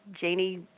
Janie